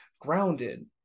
grounded